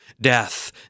Death